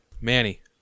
Manny